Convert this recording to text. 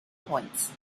points